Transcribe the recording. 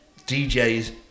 DJs